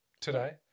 today